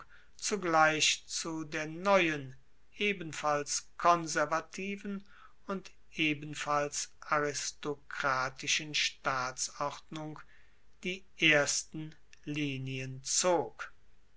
zugleich zu der neuen ebenfalls konservativen und ebenfalls aristokratischen staatsordnung die ersten linien zog